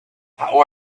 how